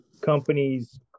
companies